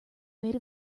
made